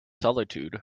solitude